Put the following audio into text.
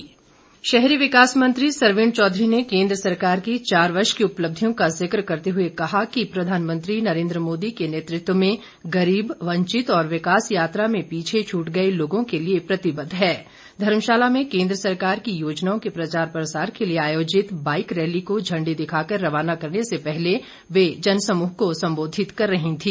सरवीण चौघरी शहरी विकास मंत्री सरवीण चौधरी ने केंद्र सरकार की चार वर्ष की उपलब्धियों का जिक्र करते हुए कहा कि प्रधान मंत्री नरेन्द्र मोदी के नेतृत्व में गरीब वंचित और विकास यात्रा में पीछे छूट गए लोगों के लिए प्रतिबंद्व है धर्मशाला में केंद्र सरकार की योजनाओं के प्रचार प्रसार के लिए आयोजित बाईक रैली को झंडी दिखाकर रवाना करने से पहले वे जनसमूह को संबोधित कर रही थी